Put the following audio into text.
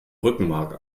rückenmark